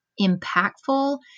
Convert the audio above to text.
impactful